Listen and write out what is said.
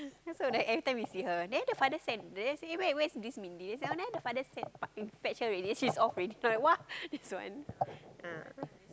after that every time we see her there the father send then say eh where where is this Mindy say oh there the father send fetch her already then after that she's off already say !wah! this one ah